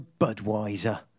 Budweiser